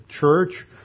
church